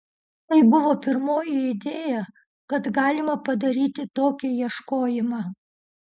tai buvo pirmoji idėja kad galima padaryti tokį ieškojimą